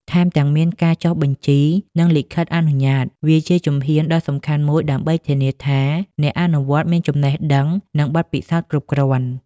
ថែមទាំងមានការចុះបញ្ជី និងលិខិតអនុញ្ញាត វាជាជំហានដ៏សំខាន់មួយដើម្បីធានាថាអ្នកអនុវត្តមានចំណេះដឹង និងបទពិសោធន៍គ្រប់គ្រាន់។